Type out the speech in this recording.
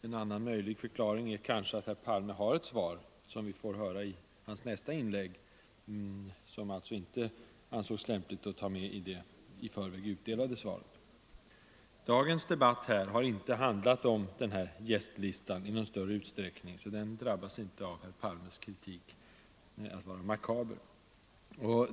En annan möjlig förklaring är kanske att herr Palme har ett svar, som vi får höra i hans nästa inlägg men som alltså inte ansågs lämpligt att ta med i det i förväg utdelade svaret. Dagens debatt här har inte handlat om denna gästlista i någon större utsträckning, så den drabbas inte av herr Palmes kritik.